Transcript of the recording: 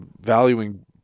valuing